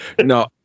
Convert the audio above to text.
no